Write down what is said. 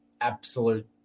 absolute